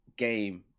game